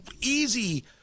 easy